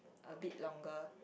a bit longer